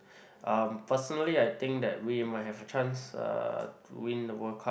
um personally I think that we might have a chance uh to win the World Cup